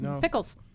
Pickles